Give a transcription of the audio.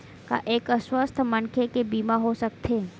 का एक अस्वस्थ मनखे के बीमा हो सकथे?